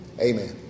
Amen